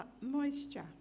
moisture